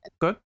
Good